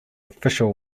official